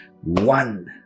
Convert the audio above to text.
one